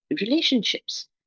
relationships